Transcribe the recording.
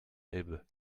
elbe